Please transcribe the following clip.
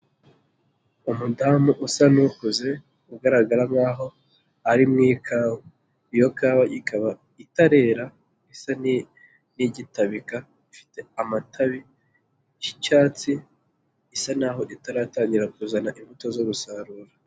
Umudamu usa n'ukuze ugaragara nkaho'aho ari mu ikawa, iyo kawaba itarera isa n'igitabika ifite amatabi y'icyatsi isa naho itaratangira kuzana imbuto zo gusarura.